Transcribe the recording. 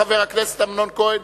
חבר הכנסת אמנון כהן.